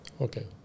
Okay